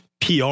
PR